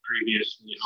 previously